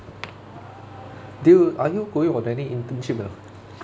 do you are you going on any internship or not